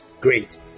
Great